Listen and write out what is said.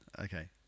Okay